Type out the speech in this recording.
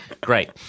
Great